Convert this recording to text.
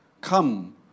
Come